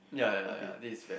ya ya ya this is Van